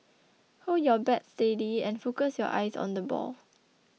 hold your bat steady and focus your eyes on the ball